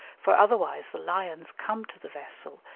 for otherwise the lions come to the vessel,